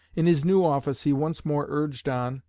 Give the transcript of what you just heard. in his new office he once more urged on,